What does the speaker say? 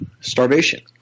starvation